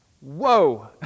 Whoa